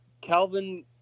Calvin